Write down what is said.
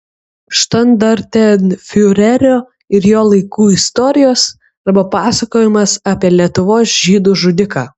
štandartenfiurerio ir jo laikų istorijos arba pasakojimas apie lietuvos žydų žudiką